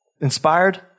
inspired